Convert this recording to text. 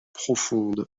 profonde